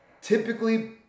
typically